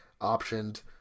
optioned